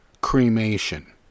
cremation